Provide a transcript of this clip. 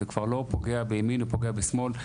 זה כבר לא פוגע בימין או פוגע בשמאל.